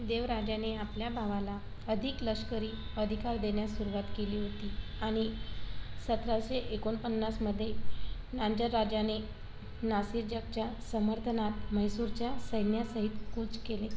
देवराजाने आपल्या भावाला अधिक लष्करी अधिकार देण्यास सुरूवात केली होती आणि सतराशे एकोणपन्नासमध्ये नांजराजाने नासी जगच्या समर्थनात म्हैसूरच्या सैन्यासहित कूच केले